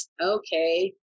okay